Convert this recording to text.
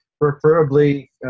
preferably